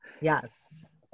Yes